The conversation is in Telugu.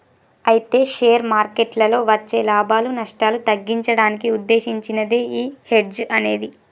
అయితే షేర్ మార్కెట్లలో వచ్చే లాభాలు నష్టాలు తగ్గించడానికి ఉద్దేశించినదే ఈ హెడ్జ్ అనేది